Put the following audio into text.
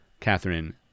Catherine